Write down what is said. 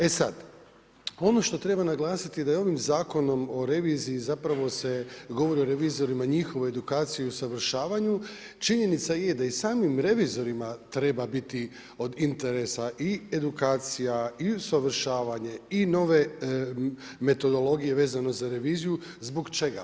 E sad, ono što treba naglasiti da ovim zakonom o reviziji zapravo se govori o revizorima, o njihovoj edukaciji i usavršavanju, činjenica je da i samim revizorima treba biti od interesa i edukacija i usavršavanje i nove metodologije vezano za reviziju, zbog čega?